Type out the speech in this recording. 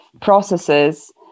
processes